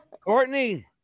Courtney